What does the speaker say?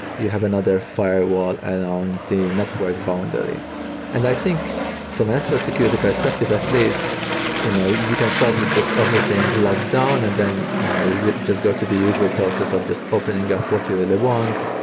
you have another firewall and on the network boundary and i think from a network security perspective, at least you know you can start with just everything logged down and then you know you you just go to the usual process of just opening up what you really want,